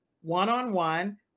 one-on-one